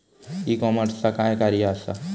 E कॉमर्सचा कार्य काय असा?